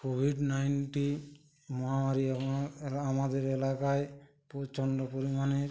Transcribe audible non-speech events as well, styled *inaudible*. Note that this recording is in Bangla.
কোভিড নাইনটিন মহামারী আমা *unintelligible* আমাদের এলাকায় প্রচণ্ড পরিমাণে